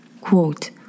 Quote